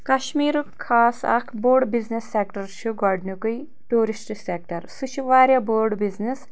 کشمیٖرُک خاص اکھ بوٚڈ بِزنِس سیکٹر چھُ گۄدنیُکے ٹیوٗرِسٹ سیکٹڑ سُہ چھُ واریاہ بوٚڈ بِزنِس